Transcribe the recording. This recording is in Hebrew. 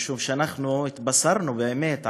משום שאנחנו התבשרנו באמת,